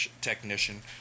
technician